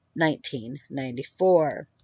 1994